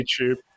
YouTube